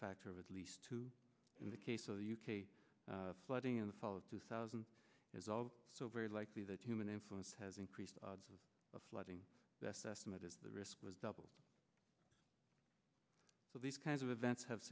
factor of at least two in the case of the u k flooding in the fall of two thousand is all so very likely that human influence has increased flooding best estimate is the risk was doubled so these kinds of events have